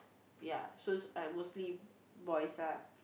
ya so is are mostly boys lah